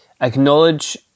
acknowledge